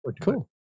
Cool